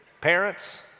parents